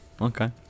okay